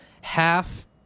half